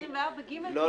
להציג את סעיף 24(ג) --- לא,